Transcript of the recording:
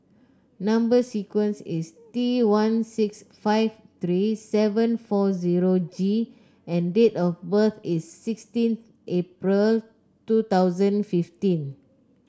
number sequence is T one six five three seven four zero G and date of birth is sixteen April two thousand fifteen